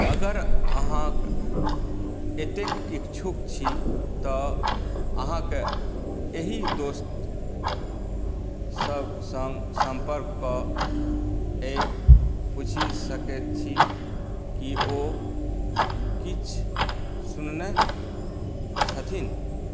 अगर अहाँ एतेक इच्छुक छी तऽ अहाँके एहि दोस्त सभसँ सम्पर्क कऽ ई पूछि सकैत छी कि ओ किछु सुनने छथिन